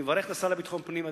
אני מברך את השר לביטחון פנים.